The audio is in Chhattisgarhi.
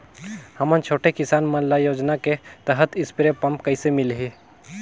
हमन छोटे किसान मन ल योजना के तहत स्प्रे पम्प कइसे मिलही?